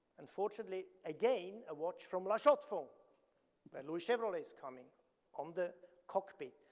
unfortunately, again a watch from la chaux-de-fonds, by louis chevrolet's, coming on the cockpit,